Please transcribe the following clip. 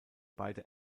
beide